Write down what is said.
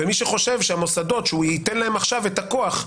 ומי שחושב שהמוסדות שהוא ייתן להם עכשיו את הכוח,